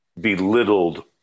belittled